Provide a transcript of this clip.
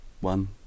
one